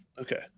Okay